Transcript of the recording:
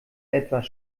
etwas